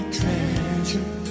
treasure